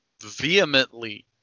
vehemently